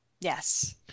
Yes